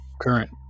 current